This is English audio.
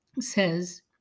says